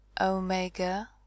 omega